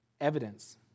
evidence